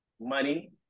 money